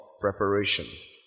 preparation